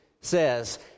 says